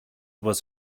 was